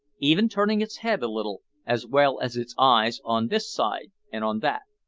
even turning its head little, as well as its eyes, on this side and on that.